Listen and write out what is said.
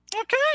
Okay